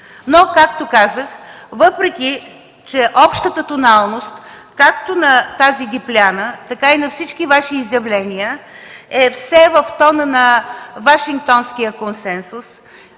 Но както казах, въпреки че общата тоналност както на тази дипляна, така и на всички Ваши изявления е все в тона на Вашингтонския консенсус,